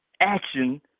Action